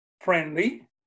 friendly